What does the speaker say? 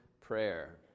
Prayer